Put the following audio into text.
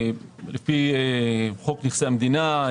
לפי חוק נכסי המדינה,